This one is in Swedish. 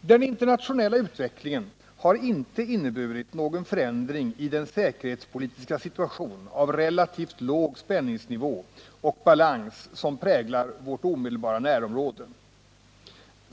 Den internationella utvecklingen har inte inneburit någon förändring i den säkerhetspolitiska situation av relativt låg spänningsnivå och balans som präglar vårt omedelbara närområde.